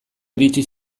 iritsi